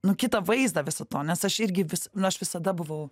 nu kitą vaizdą viso to nes aš irgi vis nu aš visada buvau